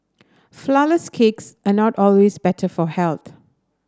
flourless cakes are not always better for health